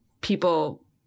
people